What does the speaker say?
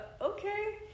okay